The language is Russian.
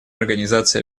организации